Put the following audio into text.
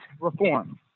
reform